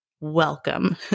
Welcome